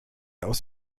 aus